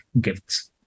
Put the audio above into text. gifts